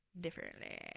differently